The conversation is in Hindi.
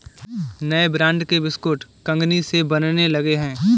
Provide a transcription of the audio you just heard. नए ब्रांड के बिस्कुट कंगनी से बनने लगे हैं